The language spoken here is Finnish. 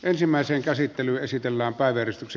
asian käsittely keskeytetään